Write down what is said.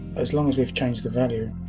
as long as we've changed the value